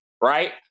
right